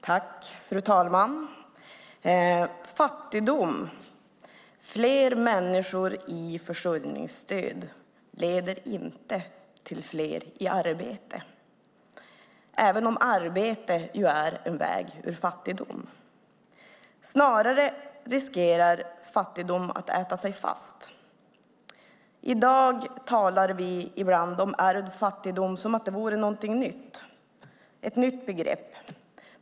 Fru talman! Fattigdom och fler människor i försörjningsstöd leder inte till fler i arbete, även om arbete är en väg ur fattigdom. Snarare riskerar fattigdom att äta sig fast. I dag talar vi ibland om ärvd fattigdom som om det vore någonting nytt, ett nytt begrepp.